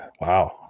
Wow